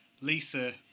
Lisa